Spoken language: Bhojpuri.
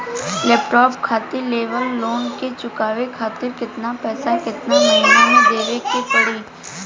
लैपटाप खातिर लेवल लोन के चुकावे खातिर केतना पैसा केतना महिना मे देवे के पड़ी?